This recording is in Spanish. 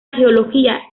geología